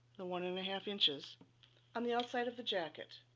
the one and a half inches on the outside of the jacket.